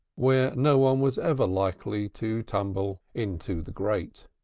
where no one was ever likely to tumble into the grate.